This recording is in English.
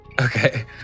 Okay